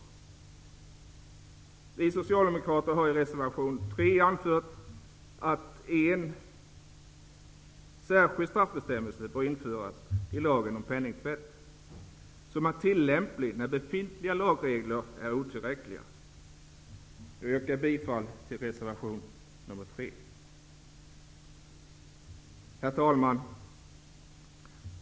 Vi socialdemokrater har i reservation nr 3 anfört att ett en särskild straffbestämmelse bör införas i lagen om penningtvätt, vilken skulle vara tillämplig när befintliga lagregler är otillräckliga. Herr talman! Jag yrkar bifall till reservation nr 3. Herr talman!